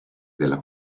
della